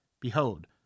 Behold